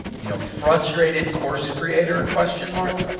you know, frustrated course creator question mark.